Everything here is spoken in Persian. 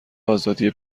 آزادی